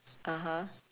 (uh huh)